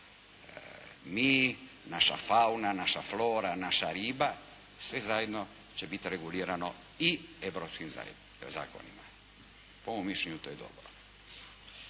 mi, naša fauna, naša flora, naša riba, sve zajedno će biti regulirano i europskim zakonima. Po mom mišljenju to je dobro.